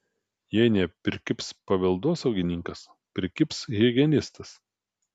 jei neprikibs paveldosaugininkas prikibs higienistas